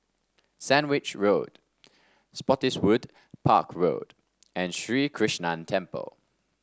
Sandwich Road Spottiswoode Park Road and Sri Krishnan Temple